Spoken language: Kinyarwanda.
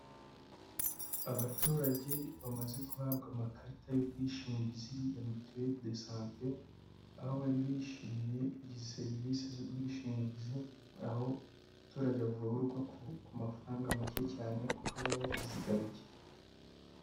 Abaturage bamaze guhabwa amakarita y'ubwishingizi ya mutuelle de sante, aho bari bishimiye izi serivisi z'ubwishingizi , aho umuturage avurwa ku mafaranga make cyane kuko aba yarizigamiye.